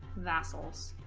vassals